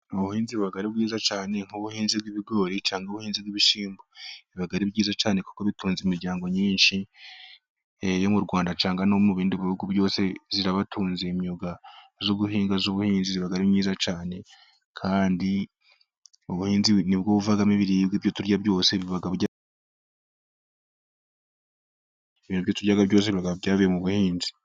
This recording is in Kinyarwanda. Ubuhinzi buba ari bwiza cyane nk'ubuhinzi bw'ibigori cyangwa ubuhinzi bw'ibishyimbo, biba ari byiza cyane kuko bitunze imiryango myinshi yo mu Rwanda cyangwa no mu bindi bihugu byose zirabatunze. Imyuga yo guhinga y'ubuhinzi ibaga ari myiza cyane kandi buvamo ibiribwa turya byose.